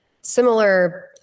similar